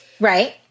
Right